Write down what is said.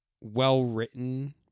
well-written